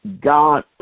God